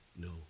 no